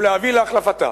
ולהביא להחלפתה.